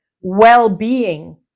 well-being